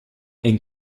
and